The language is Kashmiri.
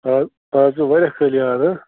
آ آز پیٚو واریاہ کٲلۍ یاد ہہ